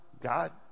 God